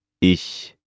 Ich